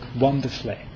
wonderfully